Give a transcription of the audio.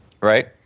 Right